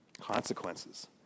Consequences